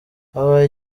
habaye